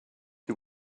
you